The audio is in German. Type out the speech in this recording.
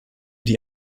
die